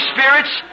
Spirits